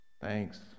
Thanks